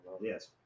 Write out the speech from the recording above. Yes